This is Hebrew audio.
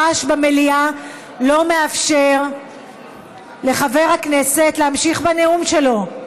הרעש במליאה לא מאפשר לחבר הכנסת להמשיך בנאום שלו.